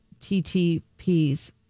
ttps